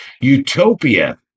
utopia